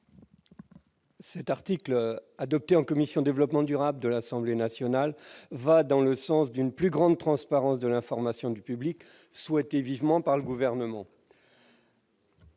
rapporteur de la commission du développement durable de l'Assemblée nationale, va dans le sens de la plus grande transparence de l'information du public souhaitée par le Gouvernement.